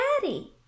Daddy